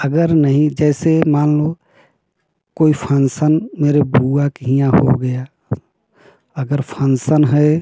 अगर नहीं जैसे मान लो कोई फंसन मेरे बुआ के यहाँ हो गया अगर फंसन है